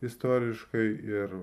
istoriškai ir